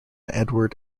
edward